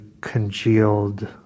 congealed